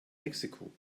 mexiko